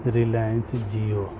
Reliance Jio